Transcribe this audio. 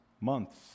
months